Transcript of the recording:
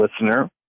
listener